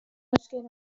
مشکل